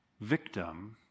victim